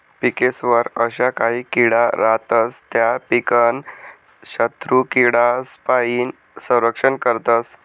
पिकेस्वर अशा काही किडा रातस त्या पीकनं शत्रुकीडासपाईन संरक्षण करतस